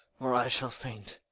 or i shall faint